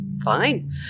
Fine